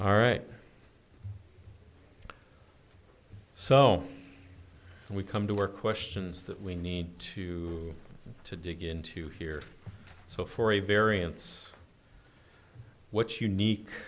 all right so we come to work questions that we need to to dig into here so for a variance what's unique